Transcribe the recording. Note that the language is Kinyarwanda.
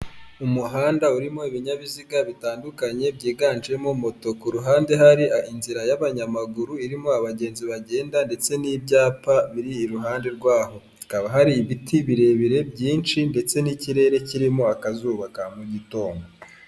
Umuhanda urimo ibinyabiziga bitandukanye byiganjemo moto kuhande hari inzira y'abanyamaguru, irimo abagenzi bagenda ndetse n'ibyapa biri iruhande rwaho hakaba hari ibiti birebire byinshi ndetse n'ikirere kirimo akazuba ka mu gitondo.